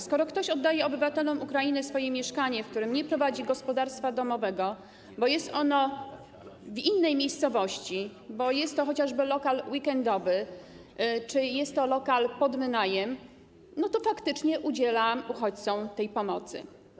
Skoro ktoś oddaje obywatelom Ukrainy swoje mieszkanie, w którym nie prowadzi gospodarstwa domowego, bo jest ono w innej miejscowości, bo jest to chociażby lokal weekendowy czy lokal pod wynajem, to faktycznie udziela uchodźcom pomocy.